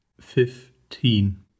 fifteen